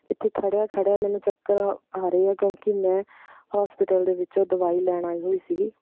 ਇੱਥੇ ਖੜ੍ਹਿਆਂ ਖੜ੍ਹਿਆਂ ਮੈਨੂੰ ਚੱਕਰ ਆ ਰਹੇ ਆ ਕਿਉਂਕਿ ਮੈਂ ਹੋਸਪਿਟਲ ਦੇ ਵਿੱਚੋਂ ਦਵਾਈ ਲੈਣ ਆਈ ਹੋਈ ਸੀਗੀ